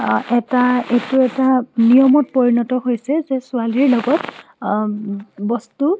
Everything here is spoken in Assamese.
এটা এইটো এটা নিয়মত পৰিণত হৈছে যে ছোৱালীৰ লগত বস্তু